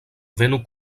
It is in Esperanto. venu